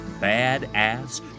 bad-ass